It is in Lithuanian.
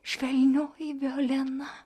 švelnioji violena